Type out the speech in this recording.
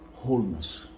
wholeness